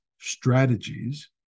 strategies